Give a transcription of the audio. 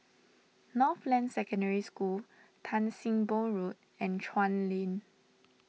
Northland Secondary School Tan Sim Boh Road and Chuan Lane